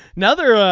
another.